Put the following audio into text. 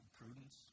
prudence